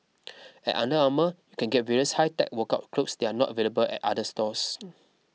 at Under Armour you can get various high tech workout clothes that are not available at other stores